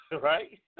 right